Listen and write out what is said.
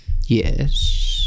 Yes